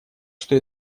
что